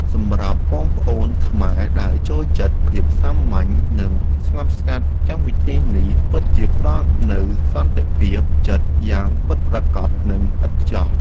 សម្រាប់បងប្អូនខ្មែរដែលចូលចិត្តភាពសាមញ្ញនិងស្ងប់ស្ងាត់កម្មវិធីនេះពិតជាផ្តល់នូវសន្តិភាពចិត្តយ៉ាងពិតប្រាកដ និង ឥតខ្ចោះ។